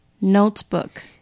Notebook